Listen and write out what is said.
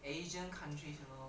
asian countries you know